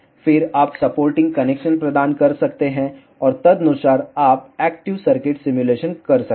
फिर आप supporting connection प्रदान कर सकते हैं और तदनुसार आप एक्टिव सर्किट सिमुलेशन कर सकते हैं